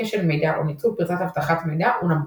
כשל מידע או ניצול פרצת אבטחת מידע הוא נמוך.